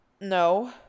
No